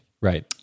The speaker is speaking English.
right